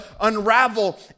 unravel